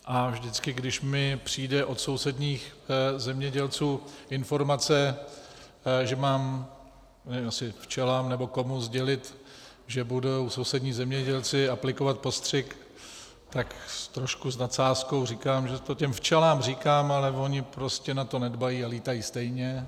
A vždycky, když mi přijde od sousedních zemědělců informace, že mám asi včelám, nebo komu sdělit, že budou sousední zemědělci aplikovat postřik, tak trošku s nadsázkou říkám, že to těm včelám říkám, ale ony na to prostě nedbají a lítají stejně.